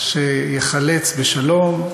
שייחלץ בשלום,